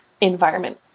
environment